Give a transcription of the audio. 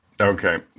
Okay